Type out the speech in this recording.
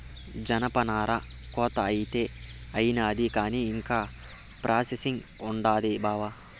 జనపనార కోత అయితే అయినాది కానీ ఇంకా ప్రాసెసింగ్ ఉండాది బావా